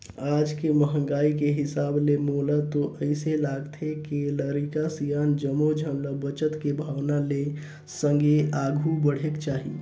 आज के महंगाई के हिसाब ले मोला तो अइसे लागथे के लरिका, सियान जम्मो झन ल बचत के भावना ले संघे आघु बढ़ेक चाही